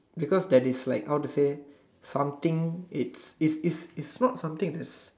because that is like how to say something its its its its not something that's